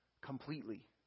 completely